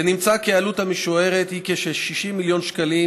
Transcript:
ונמצא כי העלות המשוערת היא כ-60 מיליון שקלים,